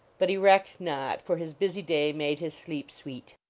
but he recked not, for his busy day made his sleep sweet.